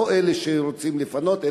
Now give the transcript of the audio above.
לא אלה שרוצים לפנות,